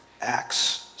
Acts